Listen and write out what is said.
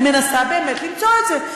אני מנסה באמת למצוא את זה.